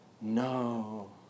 No